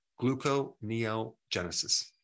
gluconeogenesis